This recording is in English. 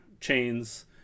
chains